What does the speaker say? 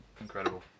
Incredible